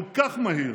כל כך מהיר,